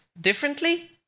differently